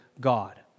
God